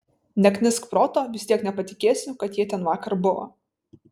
neknisk proto vis tiek nepatikėsiu kad jie ten vakar buvo